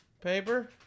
Paper